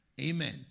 Amen